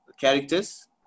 characters